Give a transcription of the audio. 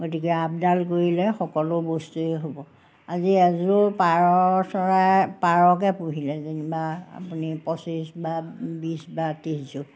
গতিকে আপডাল কৰিলে সকলো বস্তুৱেই হ'ব আজি এযোৰ পাৰ চৰাই পাৰকে পুহিলে যেনিবা আপুনি পঁচিছ বা বিছ বা ত্ৰিছযোৰ